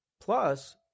Plus